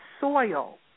soil